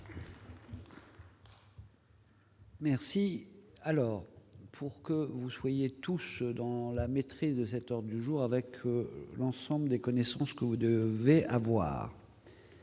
Merci alors pour que vous soyez tous dans la maîtrise de 7 heures du jour avec l'ensemble des connaissances que vous de donner